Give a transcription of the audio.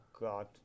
God